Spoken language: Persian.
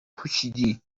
پوشیدی